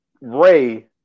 Ray